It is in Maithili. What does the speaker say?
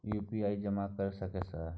यु.पी.आई जमा कर सके सर?